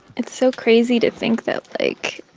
it's so crazy to think that, like,